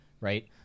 Right